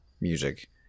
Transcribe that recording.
music